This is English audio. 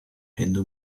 hindu